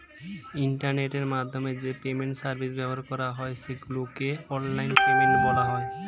ইন্টারনেটের মাধ্যমে যে পেমেন্ট সার্ভিস ব্যবহার করা হয় সেগুলোকে অনলাইন পেমেন্ট বলা হয়